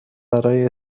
برای